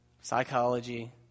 psychology